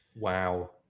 Wow